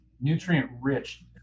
nutrient-rich